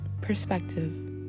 perspective